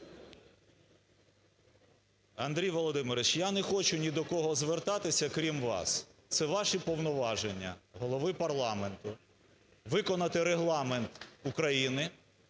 Андрій Володимирович, я не хочу ні до кого звертатися, крім вас. Це ваші повноваження, Голови парламенту – виконати Регламент України,